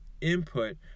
input